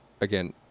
again